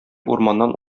урманнан